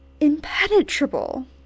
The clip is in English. impenetrable